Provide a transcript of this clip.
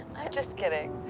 just kidding.